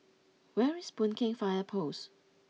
where is Boon Keng Fire Post